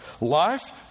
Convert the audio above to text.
Life